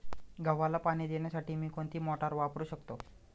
गव्हाला पाणी देण्यासाठी मी कोणती मोटार वापरू शकतो?